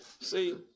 see